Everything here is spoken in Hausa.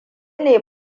ne